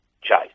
chase